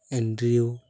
ᱮᱱᱰᱨᱤᱭᱳ